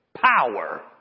power